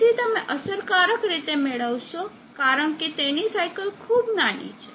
તેથી તમે અસરકારક રીતે મેળવશો કારણ કે તેની સાયકલ ખૂબ નાની છે